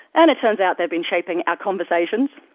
and it turns out they have been shaping our conversations,